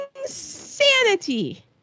insanity